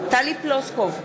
טלי פלוסקוב,